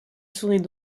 sourit